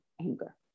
anger